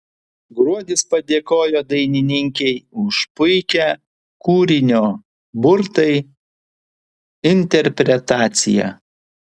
gruodis padėkojo dainininkei už puikią kūrinio burtai interpretaciją